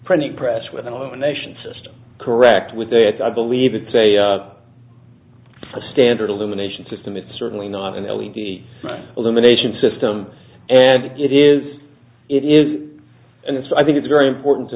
printing press with a nation system correct with the i believe it's a a standard illumination system it's certainly not and we need elimination system and it is it is and so i think it's very important to